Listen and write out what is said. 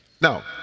Now